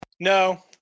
No